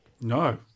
No